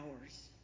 hours